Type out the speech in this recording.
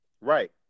Right